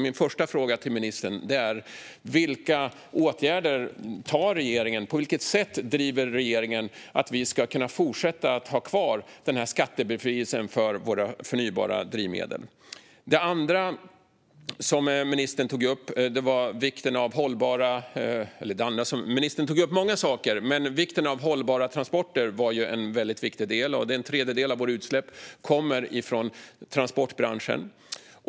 Min första fråga till ministern är därför: På vilket sätt driver regeringen att vi ska kunna fortsätta att ha kvar skattebefrielsen för våra förnybara drivmedel? Ministern tog upp många saker, varav vikten av hållbara transporter var en. En tredjedel av våra utsläpp kommer från transportbranschen.